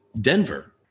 Denver